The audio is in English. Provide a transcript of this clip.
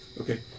Okay